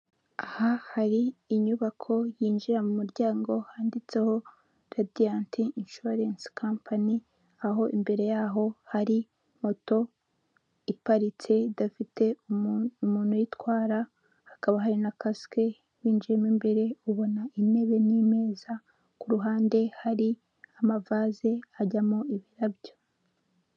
Aha hari inyubako yinjira mu muryango handitseho radiant insurance company aho imbere yaho hari moto iparitse idafite umuntu uyitwara hakaba hari na kasike winjiyemo imbere ubona intebe n'imeza ku ruhande hari amavase ajyamo ibirabyo .